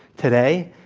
today,